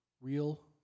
real